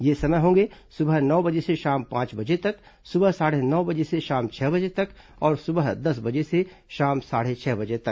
ये समय होंगे सुबह नौ बजे से शाम पांच बजे तक सुबह साढ़े नौ बजे से शाम छह बजे तक और सुबह दस बजे से शाम साढ़े छह बजे तक